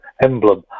emblem